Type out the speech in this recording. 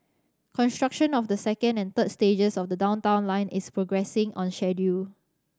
construction of the second and third stages of the Downtown Line is progressing on schedule